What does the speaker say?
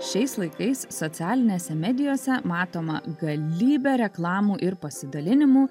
šiais laikais socialinėse medijose matoma galybė reklamų ir pasidalinimų